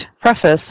preface